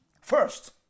First